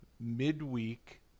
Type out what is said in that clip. midweek